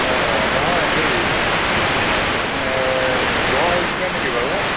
অঁ নহয় হেৰি জ্বৰ হৈছিল নেকি বাৰু